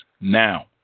now